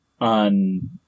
on